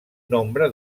nombre